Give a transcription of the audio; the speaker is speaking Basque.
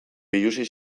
biluzi